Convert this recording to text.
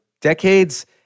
decades